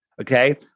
okay